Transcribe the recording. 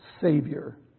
Savior